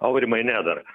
aurimai ne dar